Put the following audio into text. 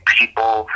people